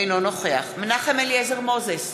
אינו נוכח מנחם אליעזר מוזס,